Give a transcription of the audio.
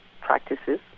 practices